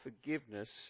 forgiveness